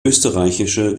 österreichische